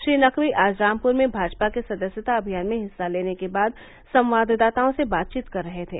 श्री नकवी आज रामपुर में भाजपा के सदस्यता अभियान में हिस्सा लेने के बाद संवाददाताओं से बातचीत कर रहे थे